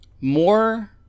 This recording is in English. more